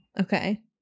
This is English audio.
okay